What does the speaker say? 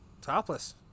topless